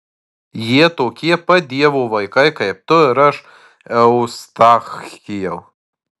jie tokie pat dievo vaikai kaip tu ir aš eustachijau